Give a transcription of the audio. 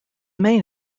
main